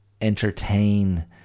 entertain